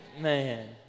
Man